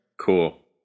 Cool